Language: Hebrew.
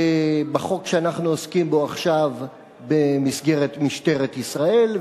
בחוק שאנחנו עוסקים בו עכשיו במסגרת משטרת ישראל,